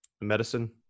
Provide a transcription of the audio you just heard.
medicine